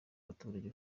abaturage